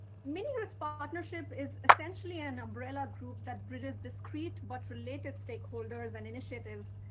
mini-grids partnership is essentially an umbrella group that bridges discrete but related stakeholders and initiatives,